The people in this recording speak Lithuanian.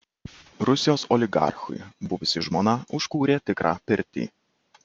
rusijos oligarchui buvusi žmona užkūrė tikrą pirtį